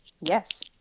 Yes